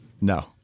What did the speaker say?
No